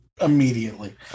immediately